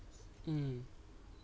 mm